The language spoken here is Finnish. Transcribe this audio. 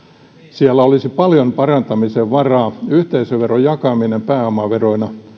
siellä olisi paljon parantamisen varaa yhteisöveron jakaminen pääomaveroina